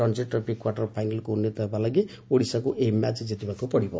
Ranji trophy quarter ଫାଇନାଲକୁ ଉନ୍ନିତ ହେବା ଲାଗି ଓଡ଼ିଶାକୁ ଏହି ମ୍ୟାଚ୍ ଜିତିବାକୁ ପଡ଼ିବ